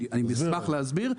אני אשמח להסביר,